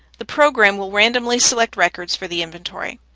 the program will randomly select records for the inventory.